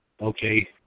Okay